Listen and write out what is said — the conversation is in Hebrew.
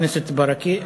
חבר הכנסת ברכה,